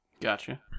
Gotcha